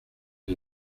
for